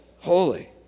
Holy